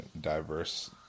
diverse